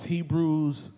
Hebrews